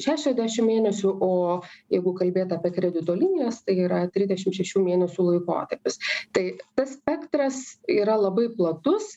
šešiasdešim mėnesių o jeigu kalbėt apie kredito linijas tai yra trisdešim šešių mėnesių laikotarpis tai tas spektras yra labai platus